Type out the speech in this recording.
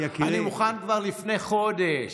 אני מוכן כבר לפני חודש.